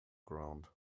ground